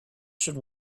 should